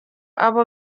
abo